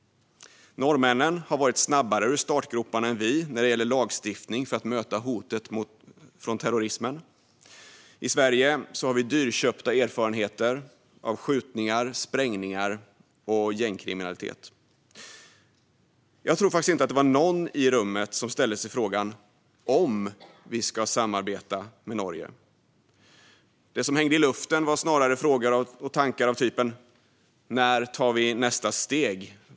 Norrmännen har varit snabbare ur startgroparna än vi när det gäller lagstiftning för att möta hotet från terrorismen. I Sverige har vi dyrköpta erfarenheter av skjutningar, sprängningar och gängkriminalitet. Jag tror inte att det var någon i rummet som ställde sig frågan om vi ska samarbeta med Norge. Det som hängde i luften var snarare frågor och tankar av typen: När tar vi nästa steg?